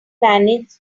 manage